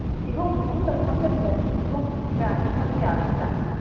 ꯀꯤꯍꯣꯝꯗꯨ ꯑꯍꯨꯝꯗꯪꯒ ꯍꯥꯞꯆꯤꯟꯕꯤꯔꯛꯑꯣ ꯀꯤꯍꯣꯝ ꯑꯃꯗ ꯀꯌꯥ ꯄꯤꯖꯥꯠꯅꯣ